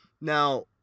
Now